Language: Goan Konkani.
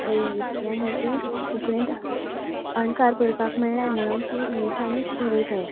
इंग्लिशींतल्यान हांवें ती कोंकणींत अणकार करपाक मेणाय म्हुणून ती इंग्लिशांनूच बरयताय